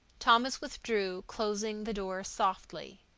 thomas withdrew, closing the door softly.